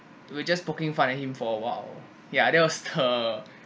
we're just poking fun at him for awhile ya that was her